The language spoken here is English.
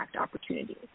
opportunities